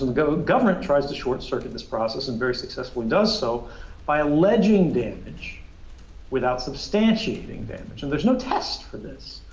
and government tries to short circuit this process and very successfully does so by alleging damage without substantiating damage. and there's no test for this.